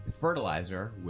fertilizer